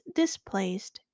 displaced